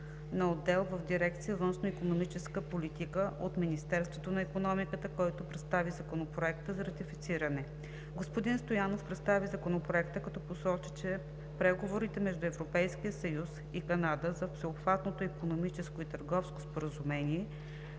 на отдел в дирекция „Външноикономическа политика“ от Министерството на икономиката, който представи Законопроекта за ратифициране. Господин Стоянов представи Законопроекта, като посочи, че преговорите между Европейския съюз (ЕС) и Канада за Всеобхватно икономическо и търговско споразумение